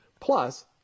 plus